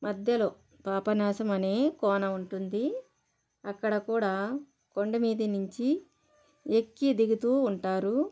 మధ్యలో పాపనాశం అనే కోన ఉంటుంది అక్కడ కూడా కొండమీది నించి ఎక్కి దిగుతూ ఉంటారు